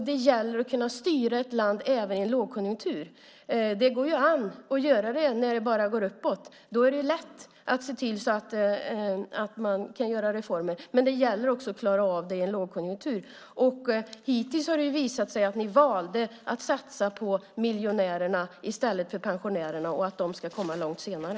Det gäller att kunna styra ett land även i en lågkonjunktur. Det går an att göra det när det bara går uppåt. Då är det lätt att se till att göra reformer. Men det gäller att också klara av det i en lågkonjunktur. Hittills har det visat sig att ni valt att satsa på miljonärerna i stället för pensionärerna och att de ska komma långt senare.